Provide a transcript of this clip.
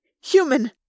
human